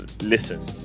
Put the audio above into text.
listen